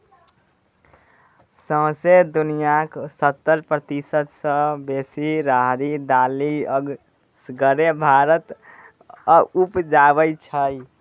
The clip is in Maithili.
सौंसे दुनियाँक सत्तर प्रतिशत सँ बेसी राहरि दालि असगरे भारत उपजाबै छै